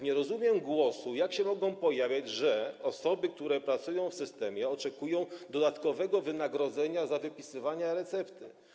Nie rozumiem głosów, jakie się mogą pojawiać, że osoby, które pracują w systemie, oczekują dodatkowego wynagrodzenia za wypisywanie recept.